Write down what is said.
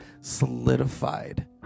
solidified